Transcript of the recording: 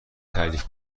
تعریف